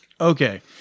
Okay